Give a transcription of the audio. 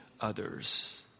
others